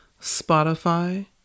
Spotify